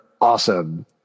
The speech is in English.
awesome